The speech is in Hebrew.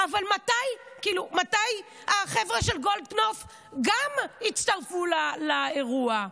אבל מתי החבר'ה של גולדקנופ גם יצטרפו לאירוע?